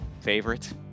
favorite